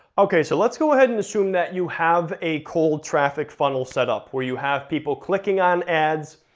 okay, so let's go ahead and assume that you have a cold traffic funnel setup, where you have people clicking on ads,